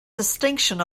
distinction